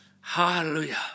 hallelujah